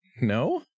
no